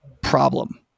problem